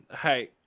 Hey